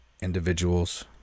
individuals